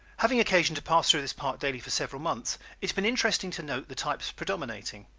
having occasion to pass through this park daily for several months it has been interesting to note the types predominating.